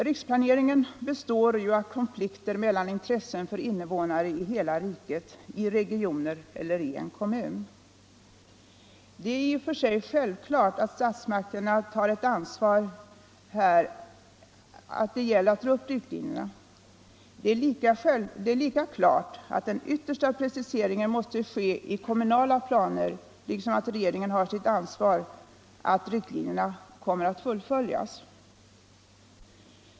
Riksplaneringen består av konflikter mellan intressen för innevånare i hela riket, i regioner eller i en kommun. Det är i och för sig självklart att statsmakterna tar ett ansvar när det gäller att dra upp riktlinjerna. Det är lika klart att den yttersta preciseringen måste ske i kommunala planer liksom att regeringen har sitt ansvar för att riktlinjerna fullföljs.